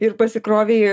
ir pasikrovei